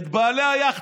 את בעלי היאכטות,